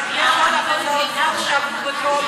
אבל יש עוד הצעות חוק שעברו בטרומית.